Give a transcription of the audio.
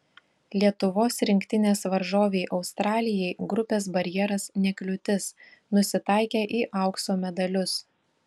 lietuvos rinktinės varžovei australijai grupės barjeras ne kliūtis nusitaikė į aukso medalius